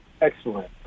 excellent